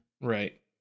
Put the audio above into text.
Right